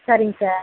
சரிங்க சார்